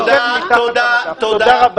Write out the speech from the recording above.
תודה.